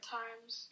times